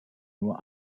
nur